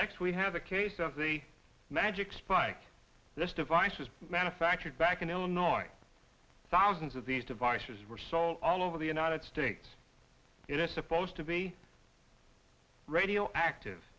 next we have a case of the magic spike this device was manufactured back in illinois thousands of these devices were sold all over the united states it is supposed to be radioactive